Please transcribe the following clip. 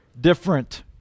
different